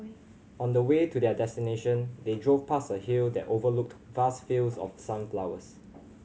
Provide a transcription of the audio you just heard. on the way to their destination they drove past a hill that overlooked vast fields of sunflowers